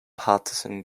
partisan